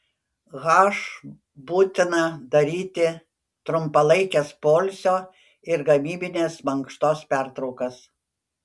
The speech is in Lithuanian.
h būtina daryti trumpalaikes poilsio ir gamybinės mankštos pertraukas